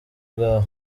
bwawe